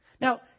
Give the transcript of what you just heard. Now